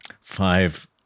five